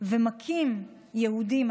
ומכים יהודים,